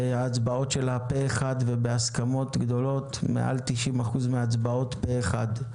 וההצבעות שלה, מעל 90% מההצבעות פה אחד.